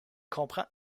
comprend